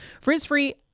Frizz-free